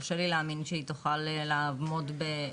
קשה לי להאמין שהיא תוכל לעמוד בזה.